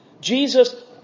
Jesus